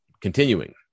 Continuing